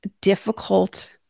difficult